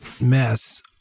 mess